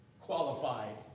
qualified